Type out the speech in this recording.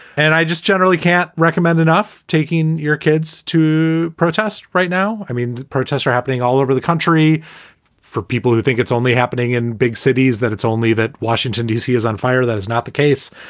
and i just generally can't recommend enough taking your kids to protest right now. i mean, the protests are happening all over the country for people who think it's only happening in big cities, that it's only that washington, d c. is on fire. that is not the case.